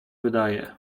wydaje